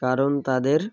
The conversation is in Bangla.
কারণ তাদের